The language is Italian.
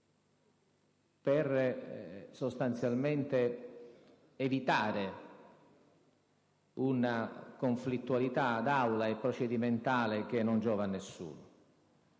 sostanzialmente per evitare una conflittualità, di Aula e procedimentale, che non giova a nessuno.